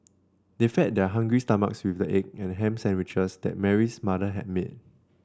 they fed their hungry stomachs with the egg and ham sandwiches that Mary's mother had made